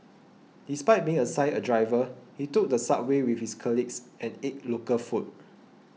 despite being assigned a driver he took the subway with his colleagues and ate local food